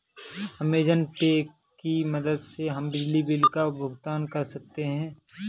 Amazon pay की मदद से हम बिजली बिल का भुगतान कर सकते हैं